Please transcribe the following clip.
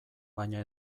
baina